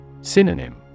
Synonym